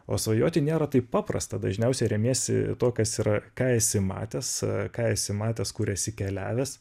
o svajoti nėra taip paprasta dažniausiai remiesi tuo kas yra ką esi matęs ką esi matęs kur esi keliavęs